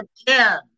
again